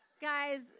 guys